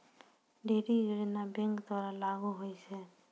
ढ़ेरी योजना बैंक द्वारा लागू होय छै